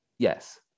Yes